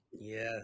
Yes